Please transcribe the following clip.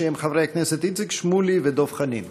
שהם חברי הכנסת איציק שמולי ודב חנין.